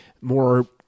more